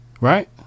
Right